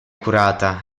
curata